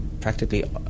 practically